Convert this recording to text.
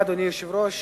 אדוני היושב-ראש,